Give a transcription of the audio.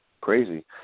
crazy